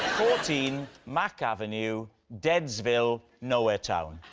fourteen mack avenue, deadsville, nowhere town.